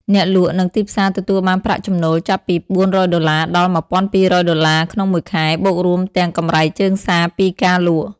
អ្នកលក់ និងទីផ្សារទទួលបានប្រាក់ចំណូលចាប់ពី ៤០០ ដុល្លារ ដល់ ១,២០០ ដុល្លារ ក្នុងមួយខែ បូករួមទាំង កម្រៃជើងសារពីការលក់។